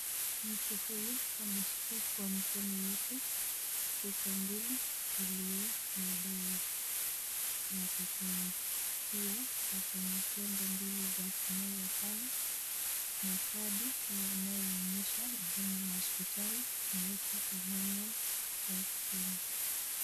Mtu huyu ameshika kwa mkono yake chupa mbili iliyo na dawa ya kukunywa. Pia ako na tembe mbili za kumeza pale na kadi inayoonyesha jina ya hospitali, inaitwa Emmanuel county clinic.